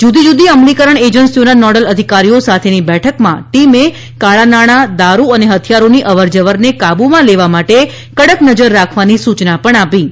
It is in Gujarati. જુદી જુદી અમલીકરણ એજન્સીઓના નોડલ અધિકારીઓ સાથેની બેઠકમાં ટીમે કાળા નાણાં દારૂ અને હથિયારોની અવરજવરને કાબૂમાં લેવા માટે કડક નજર રાખવાની સૂચના આપી હતી